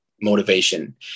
motivation